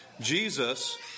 Jesus